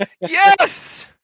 yes